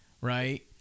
right